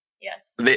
yes